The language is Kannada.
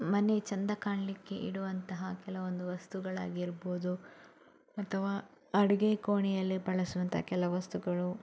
ಮನೆ ಚಂದ ಕಾಣಲಿಕ್ಕೆ ಇಡುವಂತಹ ಕೆಲವೊಂದು ವಸ್ತುಗಳಾಗಿರ್ಬೋದು ಅಥವಾ ಅಡುಗೆ ಕೋಣೆಯಲ್ಲಿ ಬಳಸುವಂತಹ ಕೆಲವು ವಸ್ತುಗಳು